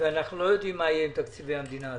אנחנו לא יודעים מה יהיה עם תקציבי המדינה.